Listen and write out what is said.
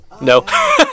No